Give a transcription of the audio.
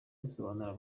risobanura